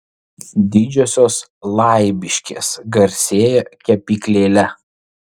didžiosios laibiškės garsėja kepyklėle